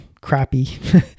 crappy